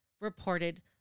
reported